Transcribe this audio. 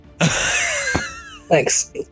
thanks